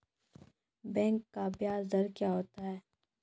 Bank का ब्याज दर क्या होता हैं?